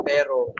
Pero